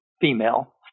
female